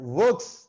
works